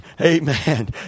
Amen